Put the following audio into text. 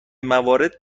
موارد